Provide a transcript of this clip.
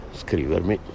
scrivermi